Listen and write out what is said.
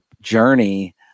journey